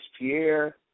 Pierre